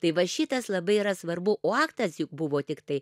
tai va šitas labai yra svarbu o aktas juk buvo tiktai